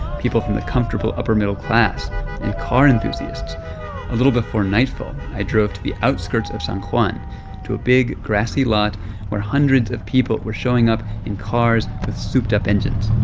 people from the comfortable upper-middle class and car enthusiasts a little before nightfall, i drove to the outskirts of san juan to a big grassy lot where hundreds of people were showing up in cars with souped-up engines